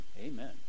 amen